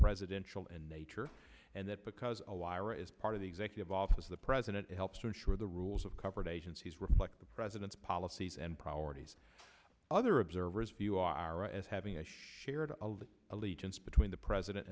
presidential and nature and that because a wire is part of the executive office the president helps to ensure the rules of covered agencies reflect the president's policies and priorities other observers view iraq as having a shared allegiance between the president